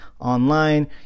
online